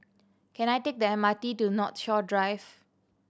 can I take the M R T to Northshore Drive